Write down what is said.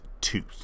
tooth